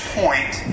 point